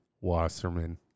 Wasserman